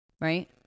right